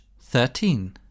thirteen